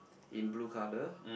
in blue colour